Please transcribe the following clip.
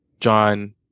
John